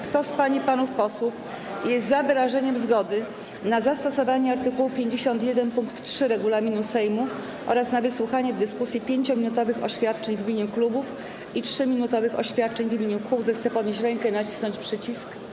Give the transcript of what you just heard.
Kto z pań i panów posłów jest za wyrażeniem zgody na zastosowanie art. 51 pkt 3 regulaminu Sejmu oraz wysłuchanie w dyskusji 5-minutowych oświadczeń w imieniu klubów i 3-minutowych oświadczeń w imieniu kół, zechce podnieść rękę i nacisnąć przycisk.